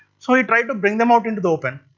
so he tried to bring them out into the open.